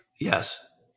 Yes